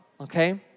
okay